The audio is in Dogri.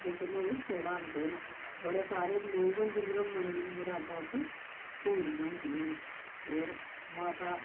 जेह्के लोक चढांदे न बड़े सारे लोक न जिंदियां मनै दियां मुरादां उत्थै पूरियां होंदियां न होर माता